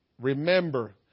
remember